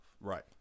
Right